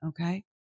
Okay